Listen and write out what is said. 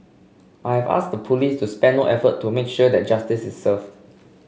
I have asked the police to spare no effort to make sure that justice is served